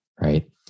right